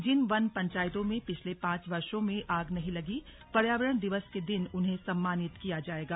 जिन वन पंचायतों में पिछले पांच वर्षो में आग नहीं लगी पर्यावरण दिवस के दिन उन्हें सम्मानित किया जाएगा